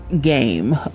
game